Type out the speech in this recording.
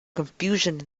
confusion